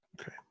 Okay